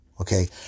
Okay